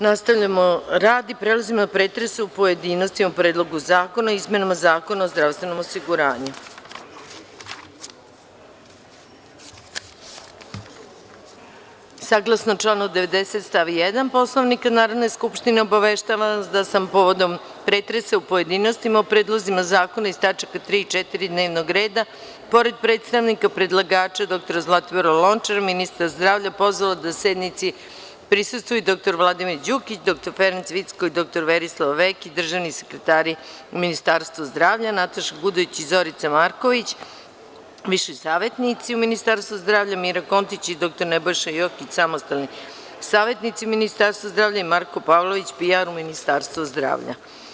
Nastavljamo rad i prelazimo na pretres u pojedinostima 3. tačke dnevnog reda - PREDLOG ZAKONA O IZMENAMA ZAKONA O ZDRAVSTVENOM OSIGURANjU Saglasno članu 90. stav 1. Poslovnika Narodne skupštine obaveštavam vas da sam povodom pretresa u pojedinostima o predlozima zakona iz tačaka 3. i 4. dnevnog reda, pored predstavnika predlagača dr Zlatibora Lončara, ministra zdravlja, pozvala da sednici prisustvuju dr Vladimir Đukić, dr Ferenc Vicko i dr Verislav Vekić, državni sekretari u Ministarstvu zdravlja, Nataša Gudović i Zorica Marković, viši savetnici u Ministarstvu zdravlja, Mira Kontić i dr Nebojša Jokić, samostalni savetnici u Ministarstvu zdravlja i Marko Pavlović, PR u Ministarstvu zdravlja.